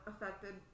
affected